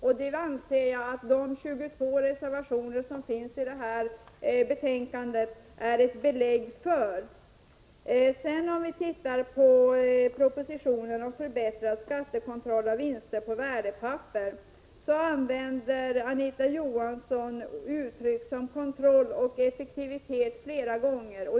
Jag anser att de 22 reservationer som finns i betänkandet är ett belägg för att ledamöterna tar upp sådana frågor på nytt då de inte fått gehör för sina synpunkter. När det gäller propositionen om förbättrad skattekontroll av vinster på värdepapper använder Anita Johansson uttryck som kontroll och effektivitet flera gånger.